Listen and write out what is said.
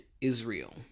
Israel